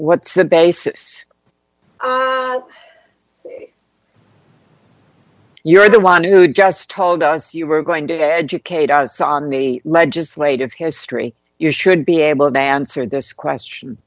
what's the basis you're the one who just told us you were going to educate us on the legislative history you should be able mansard this question